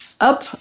up